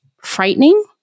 frightening